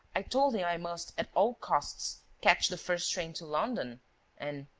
i told him i must, at all costs, catch the first train to london and.